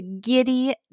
giddy